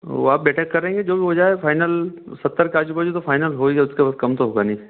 वह आप बेटर करेंगे जो भी हो जाए फ़ाइनल सत्तर के आजू बाजू तो फ़ाइनल होगा ही उसके और कम तो होगा नहीं